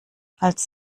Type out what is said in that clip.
als